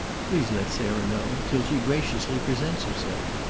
please let sarah know, till she graciously presents herself.